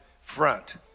front